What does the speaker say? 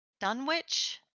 Dunwich